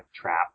trap